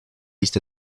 liste